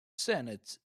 senate